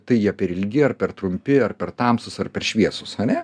tai jie per ilgi ar per trumpi ar per tamsūs ar per šviesūs ane